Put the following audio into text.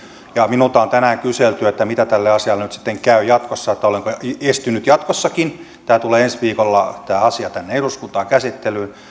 minulta on tänään kyselty miten tälle asialle nyt sitten käy jatkossa että olenko estynyt jatkossakin tämä asia tulee ensi viikolla tänne eduskuntaan käsittelyyn